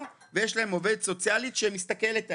ויש להם עובדת סוציאלית שמסתכלת עליהם,